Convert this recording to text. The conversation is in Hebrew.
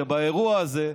באירוע הזה,